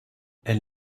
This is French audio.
elle